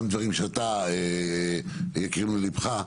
גם דברים שיקרים לליבך,